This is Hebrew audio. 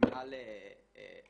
ל-10